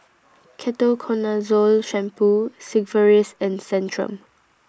Ketoconazole Shampoo Sigvaris and Centrum